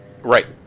Right